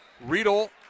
Riedel